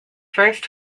first